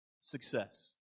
success